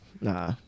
Nah